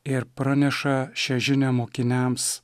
ir praneša šią žinią mokiniams